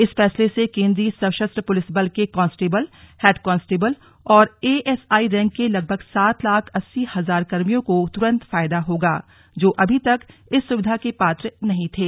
इस फैसले से केन्द्रीय सशस्त्र पुलिस बल के कांस्टेबल हैड कांस्टेबल और ए एस आई रैंक के लगभग सात लाख अस्सी हजार कर्मियों को तुरंत फायदा होगा जो अभी तक इस सुविधा के पात्र नहीं थे